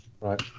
Right